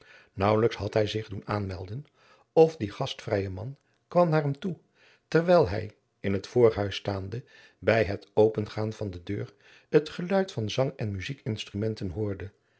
naauwelijks had hij zich doen aanmelden of die gastvrije man kwam naar hem toe terwijl hij in het voorhuis staande bij het opengaan van de deur het geluid van zang en muzijk instrumenten hoorde